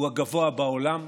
הוא הגבוה בעולם.